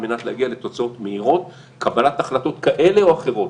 על מנת להגיע לתוצאות מהירות; קבלת החלטות כאלה או אחרות,